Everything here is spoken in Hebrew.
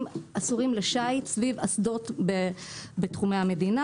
אסורים לשיט סביב אסדות בתחומי המדינה.